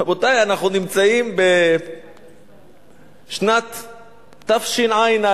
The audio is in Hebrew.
רבותי, אנחנו נמצאים בשנת תשע"א,